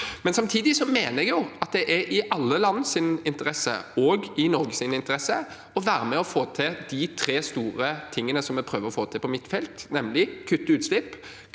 dag. Samtidig mener jeg at det er i alle lands interesse og i Norges interesse å være med og få til de tre store tingene som vi prøver å få til på mitt felt, nemlig å kutte utslipp,